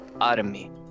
army